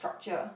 structure